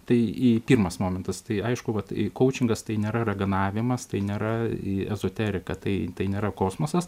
tai i pirmas momentas tai aišku vat i kaučingas tai nėra raganavimas tai nėra į ezoteriką tai nėra kosmosas